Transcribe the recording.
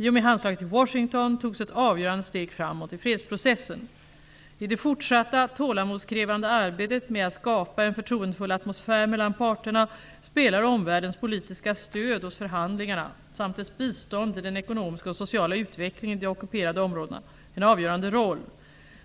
I och med handslaget i Washington togs ett avgörande steg framåt i fredsprocessen. I det fortsatta tålamodskrävande arbetet med att skapa en förtroendefull atmosfär mellan parterna spelar omvärldens politiska stöd åt förhandlingarna, samt dess bistånd till den ekonomiska och sociala utvecklingen i de ockuperade områdena, en avgörande roll.